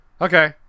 okay